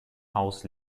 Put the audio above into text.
haus